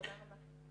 תודה רבה.